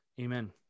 amen